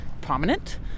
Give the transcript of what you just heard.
prominent